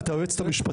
אלא את היועצת המשפטית.